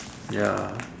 ya